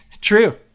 True